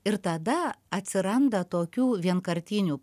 ir tada atsiranda tokių vienkartinių